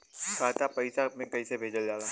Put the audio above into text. खाता में पैसा कैसे भेजल जाला?